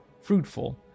fruitful